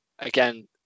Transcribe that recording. Again